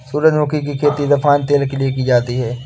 सूरजमुखी की खेती रिफाइन तेल के लिए की जाती है